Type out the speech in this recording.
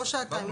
לא שעתיים.